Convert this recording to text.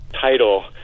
title